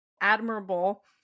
admirable